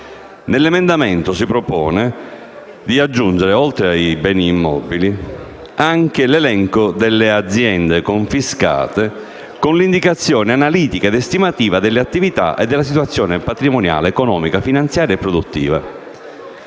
Nell'emendamento si propone di aggiungere, oltre a quello dei beni immobili, anche l'elenco delle aziende confiscate con l'indicazione analitica ed estimativa delle attività e della situazione patrimoniale, economica, finanziaria e produttiva.